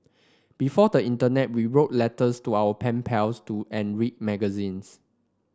before the Internet we wrote letters to our pen pals to and read magazines